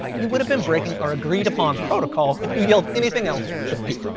you would have been breaking our agreed upon protocol if you yelled anything else, but p.